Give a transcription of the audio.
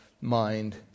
mind